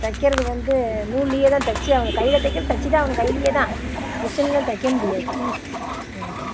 தைக்கிறது வந்து நூல்லேயே தான் தைச்சி ஆகணும் கையில் தைக்கிறது தைச்சி தான் ஆகணும் கையிலேயே தான் மிஷின்லலாம் தைக்க முடியாது ம்